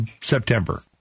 September